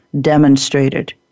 demonstrated